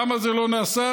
למה זה לא נעשה?